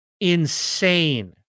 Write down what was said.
insane